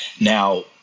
Now